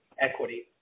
equity